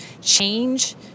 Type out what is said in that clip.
change